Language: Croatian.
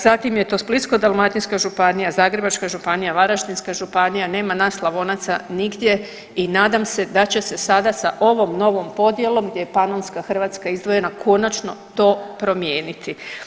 Zatim je to Splitsko-dalmatinska županija, Zagrebačka županija, Varaždinska županija, nema nas Slavonaca nigdje i nadam se da će se sada sa ovom novom podjelom, gdje je Panonska Hrvatska izdvojena, konačno to promijeniti.